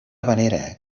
venera